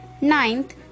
Ninth